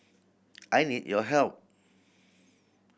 I need your help